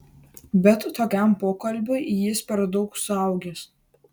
bet tokiam pokalbiui jis per daug suaugęs